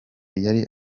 yari